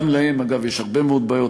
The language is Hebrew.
גם להם, אגב, יש הרבה מאוד בעיות.